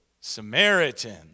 Samaritan